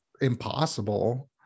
impossible